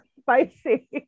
Spicy